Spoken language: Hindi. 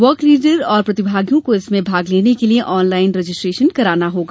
वॉल्क लीडर तथा प्रतिभागियों को इसमें भाग लेने के लिए ऑनलाइन रजिस्ट्रेशन कराना होगा